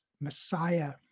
Messiah